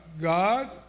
God